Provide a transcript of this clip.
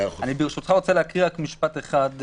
ברשותך אני רוצה להקריא משפט אחד.